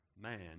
man